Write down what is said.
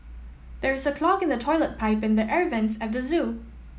there is a clog in the toilet pipe and the air vents at the zoo